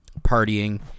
partying